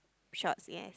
shorts yes